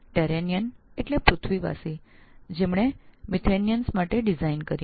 ટેરેનીયન એટલે પૃથ્વીવાસી જેમણે મિથેનીયનો માટે ડિઝાઇન બનાવી